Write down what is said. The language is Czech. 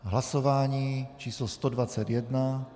Hlasování číslo 121.